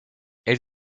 elle